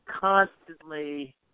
constantly